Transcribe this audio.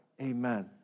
Amen